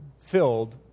filled